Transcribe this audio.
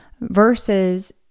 versus